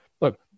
look